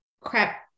crap